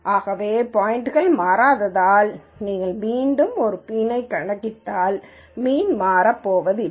ஆகவே பாய்ன்ட்கள் மாறாததால் நீங்கள் மீண்டும் ஒரு மீன்யைக் கணக்கிட்டால் மீன் மாறப் போவதில்லை